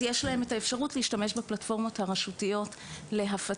אז יש להם את האפשרות להשתמש בפלטפורמות הרשותיות להפצה.